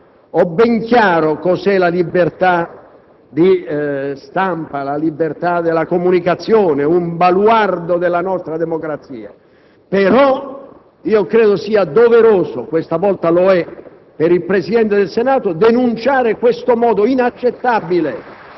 ho ben chiaro cosa sia la libertà di stampa e della comunicazione, un baluardo della nostra democrazia; credo tuttavia sia doveroso - questa volta lo è per il Presidente del Senato - denunciare un modo inaccettabile